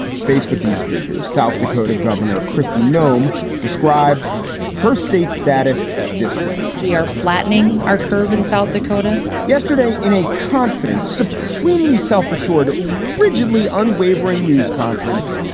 faced with these figures, south dakota governor kristi noem described her state status this way we are flattening our curve in south dakota yesterday, in a confidence, supremely self-assured, rigidly unwavering newsconference,